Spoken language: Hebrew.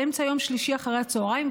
באמצע יום שלישי אחרי הצוהריים,